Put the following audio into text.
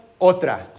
otra